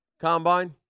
combine